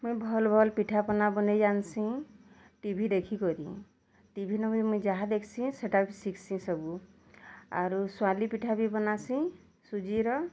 ମୁଇଁ ଭଲ୍ ଭଲ୍ ପିଠା ପଣା ବନେଇଁ ଜାନ୍ସିଁ ଟିଭି ଦେଖିକରି ଟିଭି ନ ମୁଇଁ ଯାହା ଦେଖ୍ସି ସେଟା ଶିଖ୍ସିଁ ସବୁ ଆରୁ ସ୍ୱାଂଲି ପିଠା ବି ବନାଶି ସୁଜିର